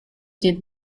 did